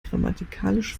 grammatikalisch